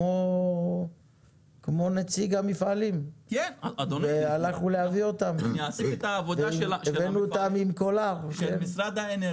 כמו נציג המפעלים והלכנו להביא אותם והבאנו אותם "עם קולר",